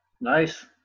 nice